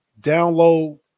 download